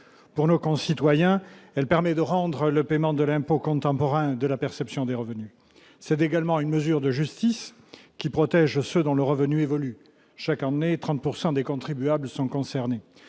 pour nos concitoyens, elle permet de rendre le paiement de l'impôt, contemporain de la perception des revenus, c'est également une mesure de justice qui protège ceux dont le revenu évolue chaque année 30 pourcent des des contribuables sont concernés,